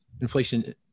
inflation